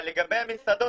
אבל לגבי המסעדות,